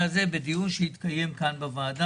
לוודא שיתקיים כאן דיון בנושא,